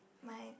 my